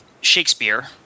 Shakespeare